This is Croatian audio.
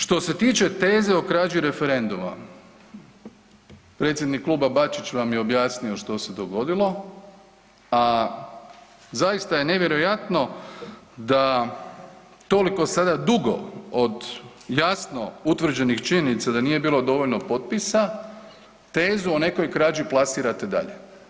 Što se tiče teze o krađi referenduma, predsjednik kluba Bačić vam je objasnio što se dogodilo, a zaista je nevjerojatno da toliko sada dugo od jasno utvrđenih činjenica da nije bilo dovoljno potpisa tezu o nekoj krađi plasirate dalje.